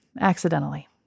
accidentally